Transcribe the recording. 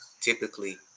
typically